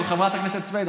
אבל חברת הכנסת סויד,